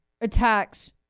attacks